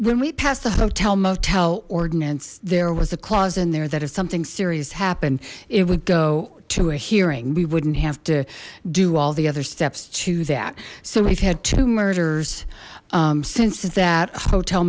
when we passed the hotel motel ordinance there was a clause in there that if something serious happened it would go to a hearing we wouldn't have to do all the other steps to that so we've had two murders since that hotel